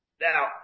Now